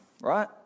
right